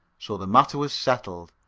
so the matter was settled,